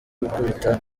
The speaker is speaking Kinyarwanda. gukubita